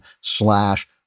slash